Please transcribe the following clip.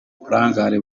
uburangare